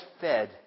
fed